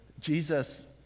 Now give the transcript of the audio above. Jesus